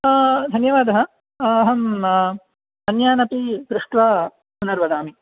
धन्यवादः अहम् अन्यान् अपि पृष्ट्वा पुनर्वदामि